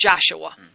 Joshua